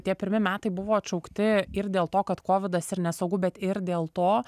tie pirmi metai buvo atšaukti ir dėl to kad kovidas ir nesaugu bet ir dėl to